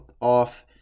off